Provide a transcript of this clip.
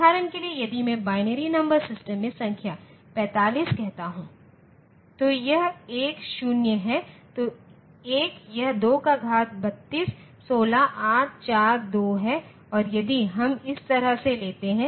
उदाहरण के लिए यदि मैं बाइनरी नंबर सिस्टम में संख्या 45 कहता हूं तो यह 1 0 है तो 1 यह 2 का घात 32 16 8 4 2 है और यदि हम इस तरह से लेते हैं